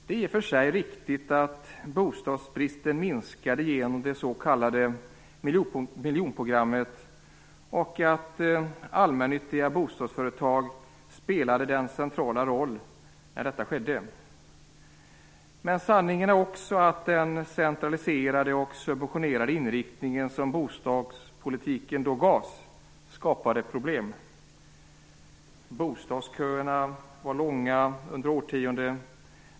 Det är i och för sig riktigt att bostadsbristen minskade genom det s.k. miljonprogrammet och att allmännyttiga bostadsföretag spelade en central roll när detta skedde. Men sanningen är också att den centraliserade och subventionerade inriktning som bostadspolitiken då gavs skapade problem. Bostadsköerna var långa under årtionden.